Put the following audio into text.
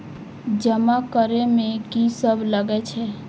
जमा करे में की सब लगे छै?